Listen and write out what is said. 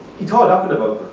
he thought often about